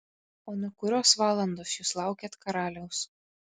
o nuo kurios valandos jūs laukėt karaliaus